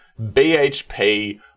BHP